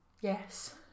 Yes